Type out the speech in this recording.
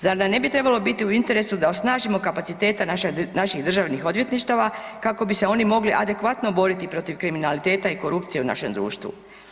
Zar nam ne bi bilo u interesu da osnažimo kapacitete naših državnih odvjetništava kako bi se oni mogli adekvatno boriti protiv kriminaliteta i korupcije u našem društvu?